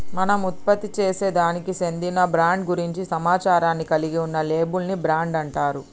మనం ఉత్పత్తిసేసే దానికి చెందిన బ్రాండ్ గురించి సమాచారాన్ని కలిగి ఉన్న లేబుల్ ని బ్రాండ్ అంటారు